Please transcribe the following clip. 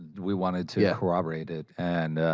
we wanted to yeah corroborate it, and, ah,